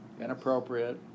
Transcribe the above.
inappropriate